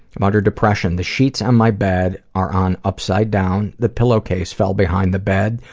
about her depression, the sheets on my bed are on upside down. the pillow case fell behind the bed,